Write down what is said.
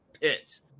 pits